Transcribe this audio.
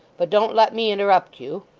but don't let me interrupt you